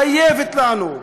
חייבת לנו.